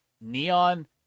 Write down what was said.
Neon